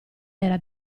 era